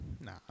nah